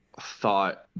thought